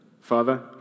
Father